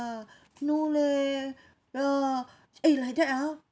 no leh ya lah eh like that ah